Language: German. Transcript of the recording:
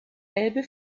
elbe